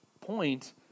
point